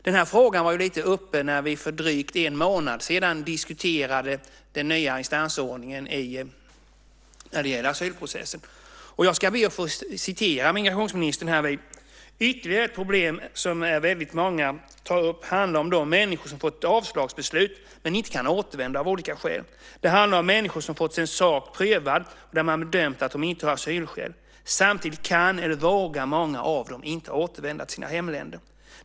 Den här frågan var uppe när vi för drygt en månad sedan diskuterade den nya instansordningen när det gäller asylprocessen. Jag ska be att få citera migrationsministern här: "Ytterligare ett problem som väldigt många har tagit upp handlar om de människor som får ett avslagsbeslut men inte kan återvända av olika skäl. Det handlar om människor som har fått sin sak prövad och där man har bedömt att de inte har asylskäl, samtidigt kan eller vågar många av dem inte återvända till sina hemländer.